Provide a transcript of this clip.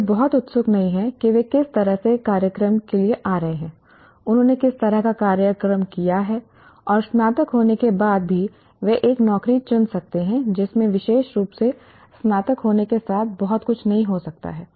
इसलिए कोई बहुत उत्सुक नहीं है कि वे किस तरह के कार्यक्रम के लिए आ रहे हैं उन्होंने किस तरह का कार्यक्रम किया है और स्नातक होने के बाद भी वे एक नौकरी चुन सकते हैं जिसमें विशेष रूप से स्नातक होने के साथ बहुत कुछ नहीं हो सकता है